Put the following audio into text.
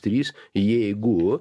trys jeigu